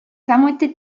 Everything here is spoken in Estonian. samuti